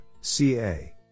ca